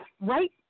right